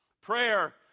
Prayer